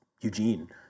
Eugene